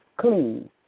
clean